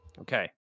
Okay